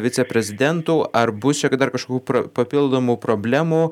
viceprezidentų ar bus čia ka dar kažkų papildomų problemų